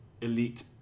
elite